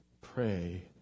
pray